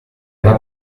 era